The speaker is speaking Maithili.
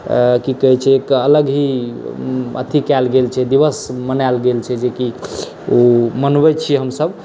की कहैत छै एक अलग ही अथी कएल गेल छै दिवस मनायल गेल छै जेकि ओ मनबैत छियै हमसभ